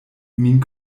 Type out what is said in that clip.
min